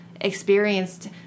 experienced